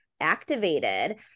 activated